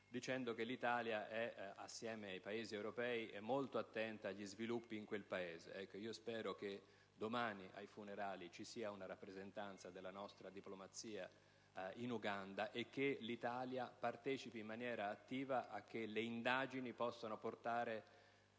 il nostro Paese, assieme ad altri europei, è molto attento agli sviluppi in quello Stato. Spero che domani ai funerali vi sia una rappresentanza della nostra diplomazia in Uganda e che l'Italia partecipi in maniera attiva affinché le indagini possano portare